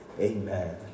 Amen